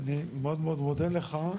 אני מאוד מודה לך.